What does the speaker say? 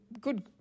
good